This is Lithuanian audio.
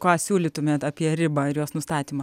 ką siūlytumėt apie ribą ir jos nustatymą